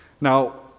Now